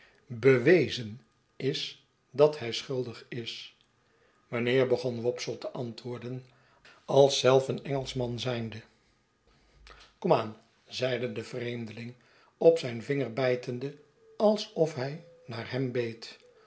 bewezen is dat hij schuldig is mijnheer begon wopsle te antwoorden als zelf een engelschman zijnde kom aan zeide de vreemdeling op zijn vinger bijtende alsof hij naar hem beet